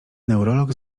neurolog